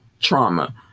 trauma